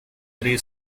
three